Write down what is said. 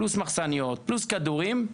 ומחסניות וכדורים,